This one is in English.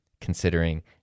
considering